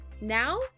Now